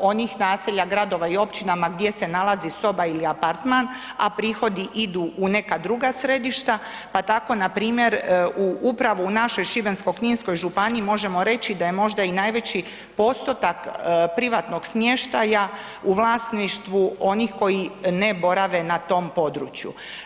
onih naselja, gradova i općina ma gdje se nalazi soba ili apartman, a prihodi idu u neka druga središta, pa tako npr. u upravo u našoj Šibensko-kninskoj županiji možemo reći da je možda i najveći postotak privatnog smještaja u vlasništvu onih koji ne borave na tom području.